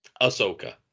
Ahsoka